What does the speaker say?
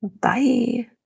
Bye